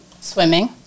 Swimming